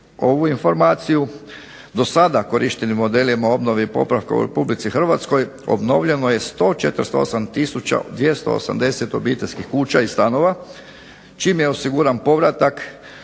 ovu informaciju. Do sada korištenim modelima obnove i popravka u Republici Hrvatskoj obnovljeno je 148 tisuća 280 obiteljskih kuća i stanova, čime je osiguran povratak